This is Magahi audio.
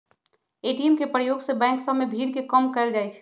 ए.टी.एम के प्रयोग से बैंक सभ में भीड़ के कम कएल जाइ छै